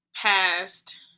past